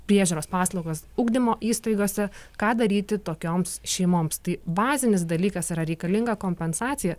priežiūros paslaugos ugdymo įstaigose ką daryti tokioms šeimoms tai bazinis dalykas yra reikalinga kompensacija